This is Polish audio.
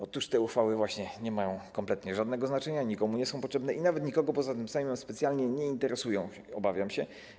Otóż te uchwały właśnie nie mają kompletnie żadnego znaczenia, nikomu nie są potrzebne i nawet nikogo poza tym Sejmem specjalnie nie interesują, obawiam się.